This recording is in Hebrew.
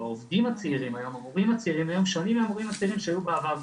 והמורים הצעירים היום שונים מהמורים הצעירים שהיו בעבר.